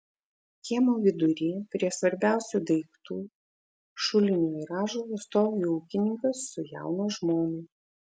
kiemo vidury prie svarbiausių daiktų šulinio ir ąžuolo stovi ūkininkas su jauna žmona